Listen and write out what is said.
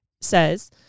says